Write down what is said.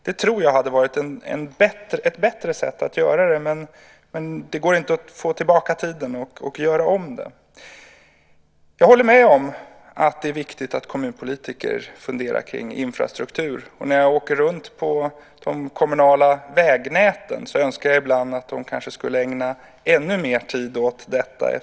Det tror jag hade varit ett bättre sätt att göra det. Men det går inte att få tillbaka tiden och göra om det. Jag håller med om att det är viktigt att kommunpolitiker funderar kring infrastruktur. När jag åker runt på de kommunala vägnäten önskar jag ibland att de kanske skulle ägna ännu mer tid åt detta.